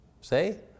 say